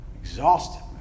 Exhausted